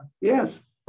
Yes